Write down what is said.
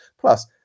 plus